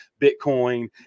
Bitcoin